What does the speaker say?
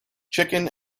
chicken